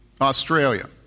Australia